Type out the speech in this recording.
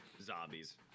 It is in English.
zombies